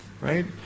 right